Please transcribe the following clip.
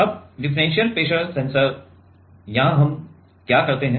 अब differential pressure sensor यहाँ हम क्या करते हैं